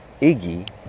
Iggy